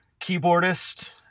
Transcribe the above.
keyboardist